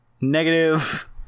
negative